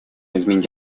изменить